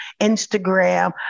Instagram